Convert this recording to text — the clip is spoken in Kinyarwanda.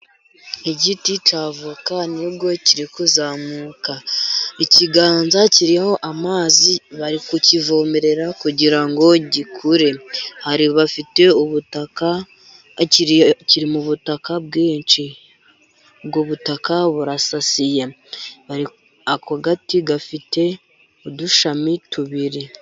Igiti cya voka nibwo kiri kuzamuka. Ikiganza kiriho amazi bari kukivomerera kugira ngo gikure. Bafite ubutaka, kiri mu butaka bwinshi, ubwo butaka burasasiye, ako gati gafite udushami tubiri.